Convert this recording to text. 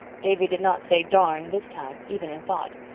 davy did not say darn this time, even in thought.